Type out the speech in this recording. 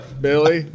Billy